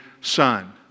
son